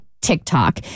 TikTok